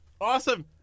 Awesome